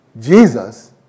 Jesus